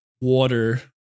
water